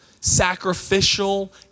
sacrificial